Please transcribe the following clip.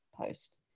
Post